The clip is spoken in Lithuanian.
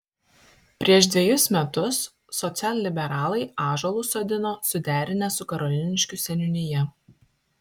prieš dvejus metus socialliberalai ąžuolus sodino suderinę su karoliniškių seniūnija